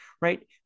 Right